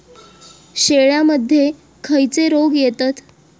शेळ्यामध्ये खैचे रोग येतत?